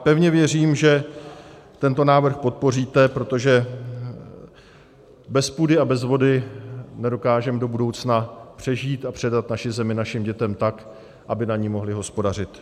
Pevně věřím, že tento návrh podpoříte, protože bez půdy a bez vody nedokážeme do budoucna přežít a předat naši zemi našim dětem tak, aby na ní mohly hospodařit.